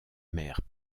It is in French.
mère